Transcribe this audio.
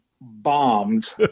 bombed